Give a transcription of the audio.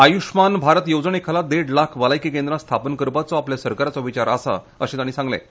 आयुशमान भारत येवजणे खाला देड लाख भलायकी केंद्रा स्थापन करपाचो आपल्या सरकाराचो विचार आसा अशें तांणी सांगलें